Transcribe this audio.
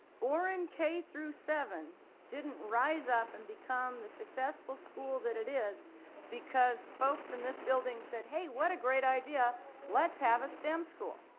boren k seven didn't rise up and become the successful school that it is because folks in this building said hey what a great idea let's have a stem school.